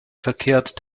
verkehrt